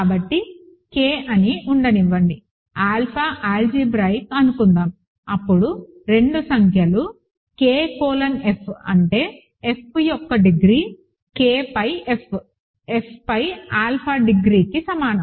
కాబట్టి K అని ఉండనివ్వండి ఆల్ఫా ఆల్జీబ్రాయిక్ అనుకుందాం అప్పుడు రెండు సంఖ్యలు K కోలన్ F అంటే F యొక్క డిగ్రీ K పై F F పై ఆల్ఫా డిగ్రీకి సమానం